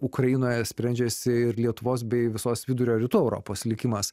ukrainoje sprendžiasi ir lietuvos bei visos vidurio rytų europos likimas